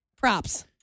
props